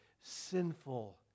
sinful